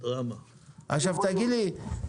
תגיד לי,